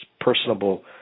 personable